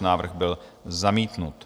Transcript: Návrh byl zamítnut.